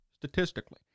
Statistically